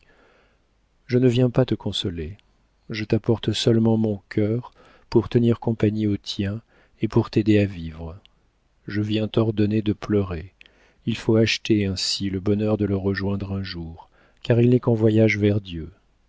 je ne viens pas te consoler je t'apporte seulement mon cœur pour tenir compagnie au tien et pour t'aider à vivre je viens t'ordonner de pleurer il faut acheter ainsi le bonheur de le rejoindre un jour car il n'est qu'en voyage vers dieu